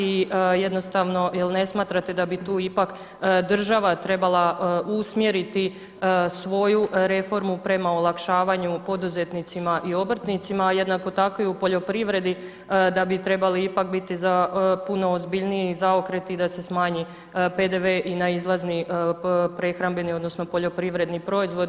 I jednostavno jer ne smatrate da bi tu ipak država trebala usmjeriti svoju reformu prema olakšavanju poduzetnicima i obrtnicima a jednako tako i u poljoprivredi da bi trebali ipak biti puno ozbiljniji zaokreti da se smanji PDV i na izlazni prehrambeni odnosno poljoprivredni proizvod.